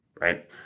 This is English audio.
right